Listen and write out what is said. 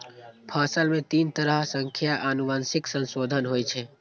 फसल मे तीन तरह सं आनुवंशिक संशोधन होइ छै